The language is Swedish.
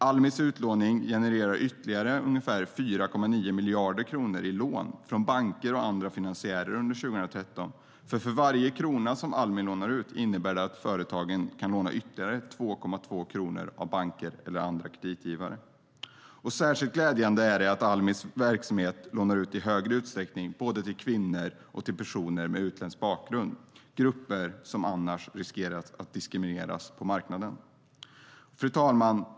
Almis utlåning genererade ytterligare ungefär 4,9 miljarder i lån från banker och andra finansiärer under 2013. Varje krona Almi lånar ut innebär nämligen att företagen kan låna ytterligare 2,2 kronor av banker eller andra kreditgivare. Fru talman!